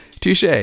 touche